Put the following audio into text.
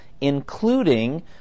including